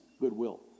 goodwill